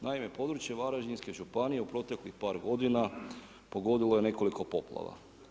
Naime, područje Varaždinske županije u proteklih par godina pogodilo je nekoliko poplava.